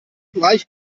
gleich